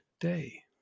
day